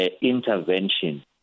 intervention